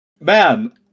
man